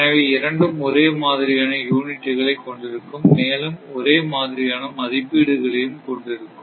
எனவே இரண்டும் ஒரே மாதிரியான யூனிட்களை கொண்டிருக்கும் மேலும் ஒரே மாதிரியான மதிப்பீடுகளையும் கொண்டிருக்கும்